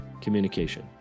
communication